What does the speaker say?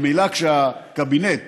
ממילא כשהקבינט